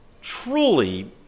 truly